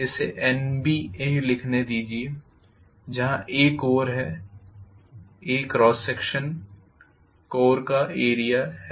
इसे NBA लिखने दीजिए जहां A कोर का क्रॉस सेक्शन एरिया है